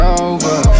over